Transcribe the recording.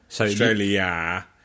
Australia